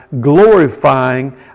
glorifying